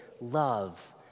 love